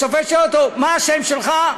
השופט שואל אותו: מה השם שלך?